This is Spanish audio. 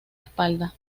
espalda